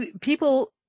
people